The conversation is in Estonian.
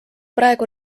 praegu